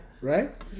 Right